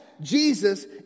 Jesus